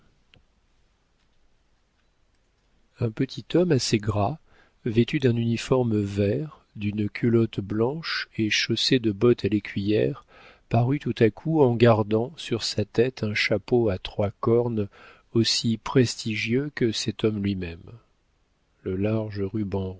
un petit homme assez gras vêtu d'un uniforme vert d'une culotte blanche et chaussé de bottes à l'écuyère parut tout à coup en gardant sur sa tête un chapeau à trois cornes aussi prestigieux que cet homme lui-même le large ruban